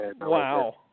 Wow